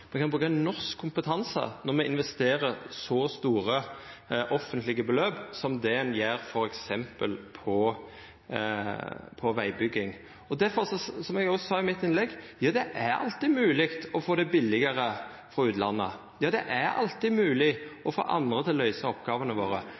me kan bruka norsk kompetanse når me investerer så store offentlege beløp som det ein gjer, f.eks. i vegbygging. Som eg òg sa i mitt innlegg: Ja, det er alltid mogleg å få det billigare frå utlandet. Det er alltid